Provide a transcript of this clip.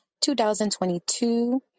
2022